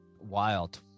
wild